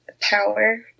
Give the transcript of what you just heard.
power